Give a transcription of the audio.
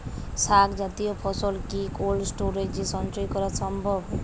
শাক জাতীয় ফসল কি কোল্ড স্টোরেজে সঞ্চয় করা সম্ভব?